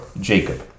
Jacob